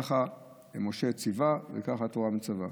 ככה משה ציווה וככה התורה מצווה: